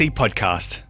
podcast